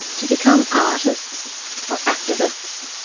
to become artists or activists,